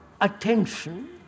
attention